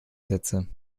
sätze